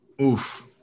Oof